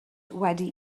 wedi